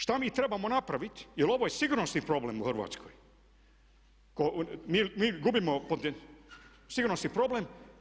Šta mi trebamo napraviti, jer ovo je sigurnosni problem u Hrvatskoj, mi gubimo, sigurnosni problem.